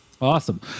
Awesome